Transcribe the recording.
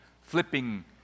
flipping